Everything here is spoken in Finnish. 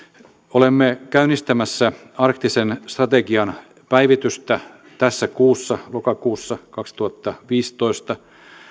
olemme käynnistämässä arktisen strategian päivitystä tässä kuussa lokakuussa kaksituhattaviisitoista